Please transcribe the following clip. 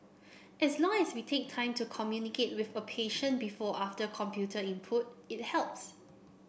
as long as we take time to communicate with a patient before after computer input it helps